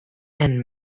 and